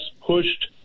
pushed